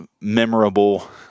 memorable